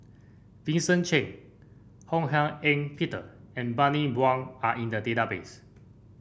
Vincent Cheng Ho Hak Ean Peter and Bani Buang are in the database